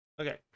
Okay